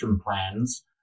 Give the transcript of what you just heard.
plans